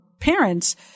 Parents